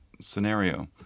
scenario